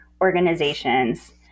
organizations